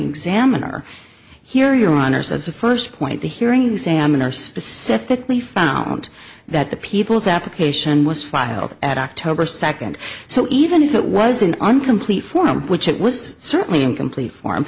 or hear your honour's as a first point the hearing examiner specifically found that the people's application was filed at october second so even if it wasn't on complete form which it was certainly incomplete form